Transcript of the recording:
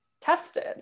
tested